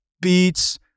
beats